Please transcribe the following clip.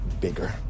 bigger